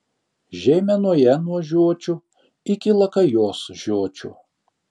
žeimenoje nuo žiočių iki lakajos žiočių